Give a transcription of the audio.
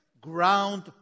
ground